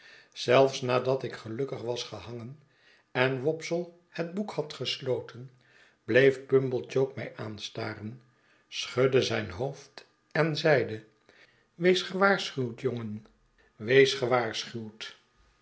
zelfs nadat ik gelukkig was gehangen en wopsle het boek had gesloten bleef pumblechook mij aanstaren schudde zijn hoofd en zeide wees gewaarschuwd jongen wees gewaarschuwd